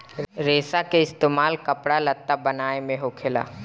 रेसा के इस्तेमाल कपड़ा लत्ता बनाये मे होखेला